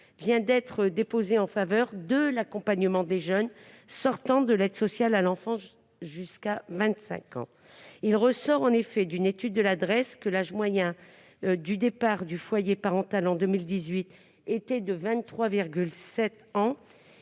vient d'être déposée en faveur de l'accompagnement jusqu'à 25 ans des jeunes sortant de l'aide sociale à l'enfance. Il ressort en effet d'une étude de la Drees que l'âge moyen de départ du foyer parental en 2018 était de 23,7 ans,